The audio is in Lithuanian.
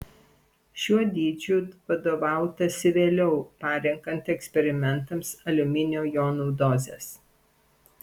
šiuo dydžiu vadovautasi vėliau parenkant eksperimentams aliuminio jonų dozes